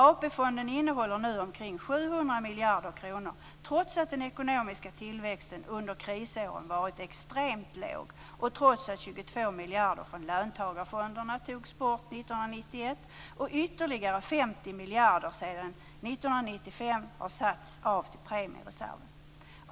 AP-fonden innehåller nu omkring 700 miljarder kronor, trots att den ekonomiska tillväxten under krisåren varit extremt låg och trots att 22 miljarder från löntagarfonderna togs bort 1991 och ytterligare 50 miljarder sedan 1995 satts av till premiereserven.